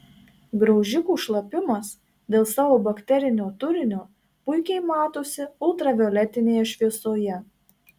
graužikų šlapimas dėl savo bakterinio turinio puikiai matosi ultravioletinėje šviesoje